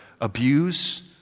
abuse